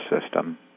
system